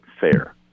fair